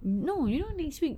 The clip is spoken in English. no you know next week